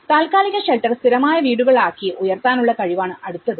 താൽക്കാലിക ഷെൽട്ടർ സ്ഥിരമായ വീടുകൾ ആക്കി ഉയർത്താനുള്ള കഴിവാണ് അടുത്തത്